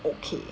okay